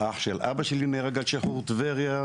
אח של אבא שלי נהרג על שחרור טבריה.